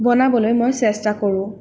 বনাবলৈ মই চেষ্টা কৰোঁ